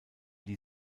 die